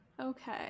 okay